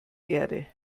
erde